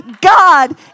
God